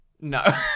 No